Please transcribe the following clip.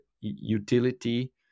utility